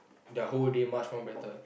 their whole day much more better